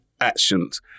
actions